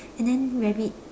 and then rabbit